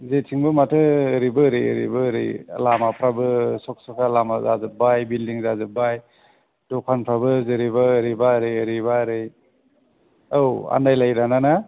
जेरैथिंबो माथो ओरैबो ओरै ओरैबो ओरै लामाफ्राबो सखसखा लामा जाजोबबाय बिलडिं जाजोबबाय दखानफ्राबो जेरैबो ओरैबा ओरै ओरैबा ओरै औ आन्दायलायो दाना ना